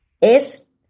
Es